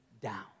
down